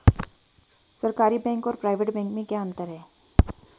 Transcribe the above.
सरकारी बैंक और private bank में क्या क्या अंतर हैं?